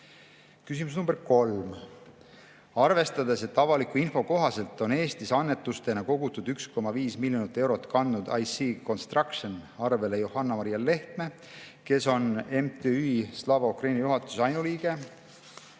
Küsimus nr 3: "Arvestades, et avaliku info kohaselt on Eestis annetustena kogutud 1,5 milj eurot kandnud IC Construktion arvele Johanna-Maria Lehtme, kes on MTÜ Slava Ukraini juhatuse ainuliige